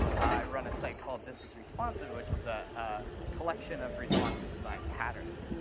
i run a site called this is responsive, which is a collection of responsive design patterns,